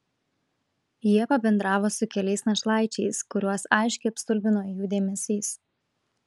jie pabendravo su keliais našlaičiais kuriuos aiškiai apstulbino jų dėmesys